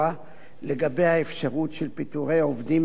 לגבי האפשרות של פיטורי עובדים מהרכבת עצמה,